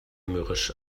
mürrisch